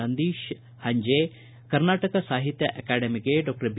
ನಂದೀಶ್ ಹಂಜೆ ಕರ್ನಾಟಕ ಸಾಹಿತ್ಯ ಅಕಾಡೆಮಿಗೆ doctor B